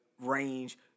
range